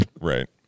right